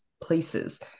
places